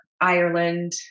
Ireland